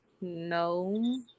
no